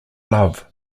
love